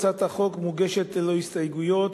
הצעת החוק מוגשת ללא הסתייגויות,